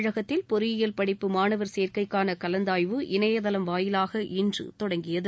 தமிழகத்தில் பொறியியல் படிப்பு மாணவர் சேர்க்கைக்கானகலந்தாய்வு இணையதளம் வாயிலாக இன்றுதொடங்கியது